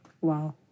Wow